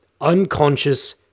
unconscious